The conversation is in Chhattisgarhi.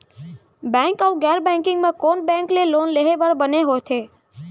बैंक अऊ गैर बैंकिंग म कोन बैंक ले लोन लेहे बर बने होथे?